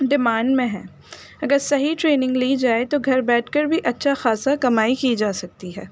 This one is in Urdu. ڈیمانڈ میں ہے اگر صحیح ٹرینگ لی جائے تو گھر بیٹھ کر بھی اچھا خاصہ کمائی کی جا سکتی ہے